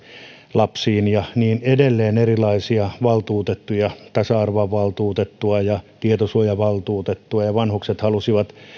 lapsille ja niin edelleen erilaisia valtuutettuja tasa arvovaltuutettua ja tietosuojavaltuutettua vanhukset halusivat